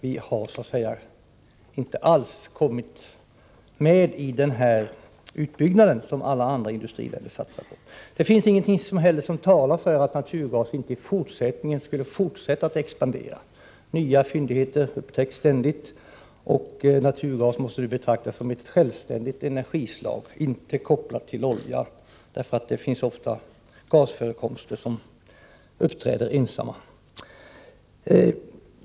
Vi har så att säga inte alls kommit med i den här utbyggnaden som alla andra industriländer satsar på. Det finns inte heller någonting som talar för att naturgas inte skulle fortsätta att expandera. Nya fyndigheter upptäcks ständigt, och naturgas måste nu betraktas som ett självständigt energislag — inte kopplat till olja. Det finns ofta gasfyndigheter som förekommer ensamma.